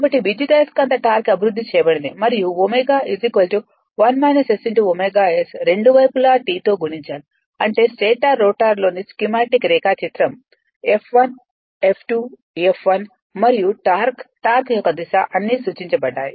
కాబట్టి విద్యుదయస్కాంత టార్క్ అభివృద్ధి చేయబడింది మరియు ω ωS రెండు వైపులా t తో గుణించాలి అంటే స్టేటర్ రోటర్లోని రేఖాచిత్రం f 1 f2 fr మరియు టార్క్ టార్క్ యొక్క దిశ అన్నీ సూచించబడ్డాయి